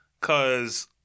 Cause